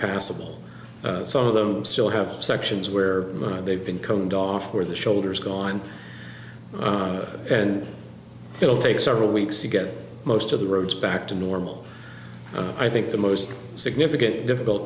passable some of them still have sections where they've been combed off where the shoulder is gone on and it will take several weeks to get most of the roads back to normal and i think the most significant difficult